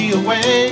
away